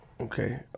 Okay